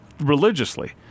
religiously